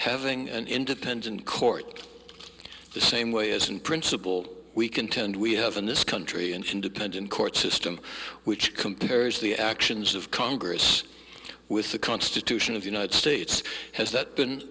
having an independent court the same way as in principle we contend we have in this country an independent court system which compares the actions of congress with the constitution of the united states has that been